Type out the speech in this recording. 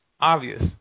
obvious